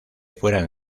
fueran